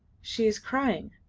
she is crying,